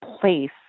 place